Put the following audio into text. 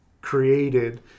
created